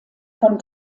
von